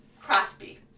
Crosby